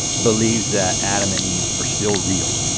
believes that adam and eve are still real,